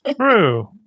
true